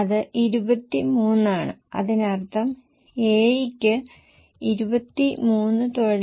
അതിനാൽ ശുഭാപ്തിവിശ്വാസം കണക്കിലെടുത്താൽ ഇത് 1